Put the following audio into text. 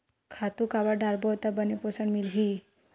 खातु काबर डारबो त बने पोषण मिलही?